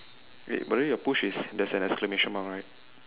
wait but then your push is there's an exclamation mark right